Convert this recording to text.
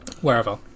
wherever